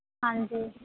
ਹਾਂਜੀ